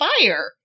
fire